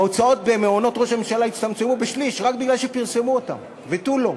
ההוצאות במעונות ראש הממשלה הצטמצמו בשליש רק מפני שפרסמו אותן ותו לא.